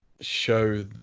show